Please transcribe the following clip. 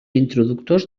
introductors